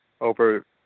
over